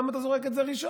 למה אתה זורק את זה ראשון?